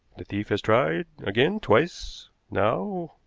the thief has tried again twice. now,